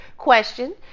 Question